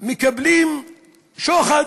מקבלים שוחד.